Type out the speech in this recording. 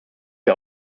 wir